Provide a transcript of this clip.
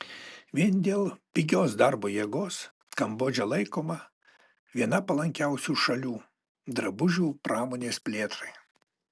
vien dėl pigios darbo jėgos kambodža laikoma viena palankiausių šalių drabužių pramonės plėtrai